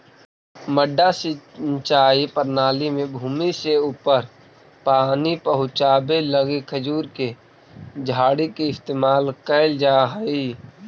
मड्डा सिंचाई प्रणाली में भूमि से ऊपर पानी पहुँचावे लगी खजूर के झाड़ी के इस्तेमाल कैल जा हइ